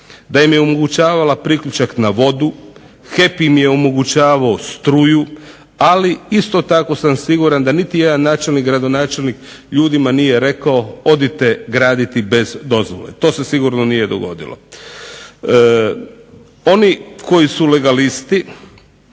da im je omogućavala priključak na vodu, HEP im je omogućavao struju ali isto tako sam siguran da niti jedan načelnik, gradonačelnik ljudima nije rekao odite graditi bez dozvole to se sigurno nije dogodilo. Oni koji su legalisti